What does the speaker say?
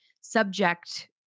subject